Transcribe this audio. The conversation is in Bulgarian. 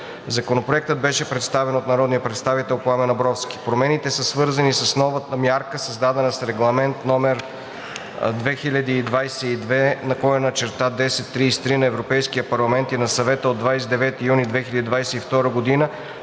Законопроектът беше представен от народния представител Пламен Абровски. Промените са свързани с новата мярка, създадена с Регламент (ЕС) 2022/1033 на Европейския парламент и на Съвета от 29 юни 2022 г. за